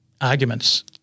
arguments –